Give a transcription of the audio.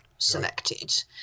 selected